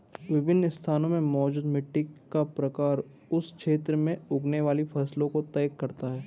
विभिन्न स्थानों में मौजूद मिट्टी का प्रकार उस क्षेत्र में उगने वाली फसलों को तय करता है